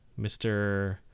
Mr